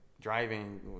driving